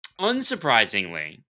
unsurprisingly